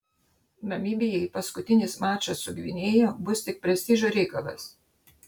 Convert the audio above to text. namibijai paskutinis mačas su gvinėja bus tik prestižo reikalas